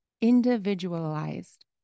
individualized